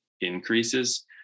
increases